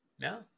No